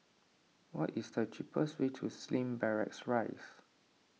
what is the cheapest way to Slim Barracks Rise